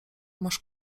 masz